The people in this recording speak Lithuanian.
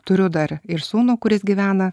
turiu dar ir sūnų kuris gyvena